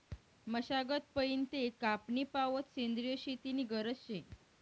मशागत पयीन ते कापनी पावोत सेंद्रिय शेती नी गरज शे